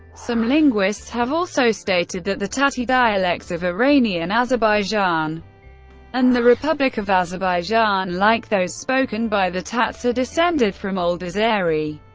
some linguists have also stated that the tati dialects of iranian azerbaijan and the republic of azerbaijan, like those spoken by the tats, are descended from old azeri.